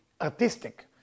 artistic